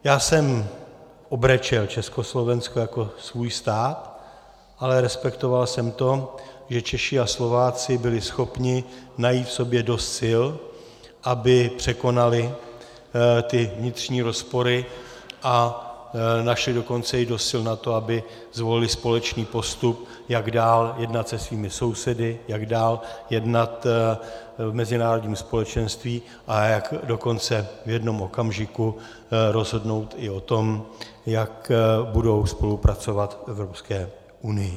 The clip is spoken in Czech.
Já jsem obrečel Československo jako svůj stát, ale respektoval jsem to, že Češi a Slováci byli schopni najít v sobě dost sil, aby překonali vnitřní rozpory a našli dokonce i dost sil na to, aby zvolili společný postup, jak dál jednat se svými sousedy, jak dál jednat v mezinárodním společenství, a jak dokonce v jednom okamžiku rozhodnout i o tom, jak budou spolupracovat v Evropské unii.